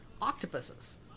octopuses